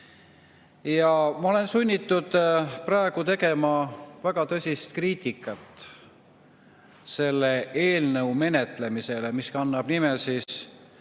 Ma olen sunnitud praegu tegema väga tõsist kriitikat selle eelnõu menetlemisele, mis kannab nimetust